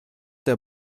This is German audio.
der